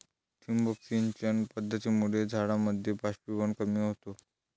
ठिबक सिंचन पद्धतीमुळे झाडांमधील बाष्पीभवन कमी होते